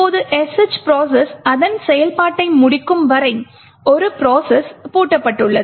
இப்போது sh process அதன் செயல்பாட்டை முடிக்கும் வரை ஒரு ப்ரோசஸ் பூட்டப்பட்டுள்ளது